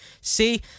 See